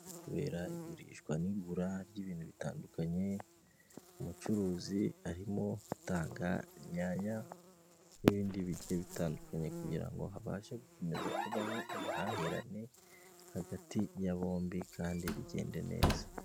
Kubera igurishwa n'igura ry'ibintu bitandukanye, umucuruzi arimo atanga inyanya n'ibindi bigiye bitandukanye, kugira ngo abashe gukomeza kubaho, ubuhahirane hagati ya bombi kandi bigende neza.